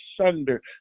asunder